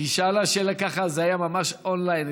היא שאלה שאלה ככה, זה היה ממש און-ליין.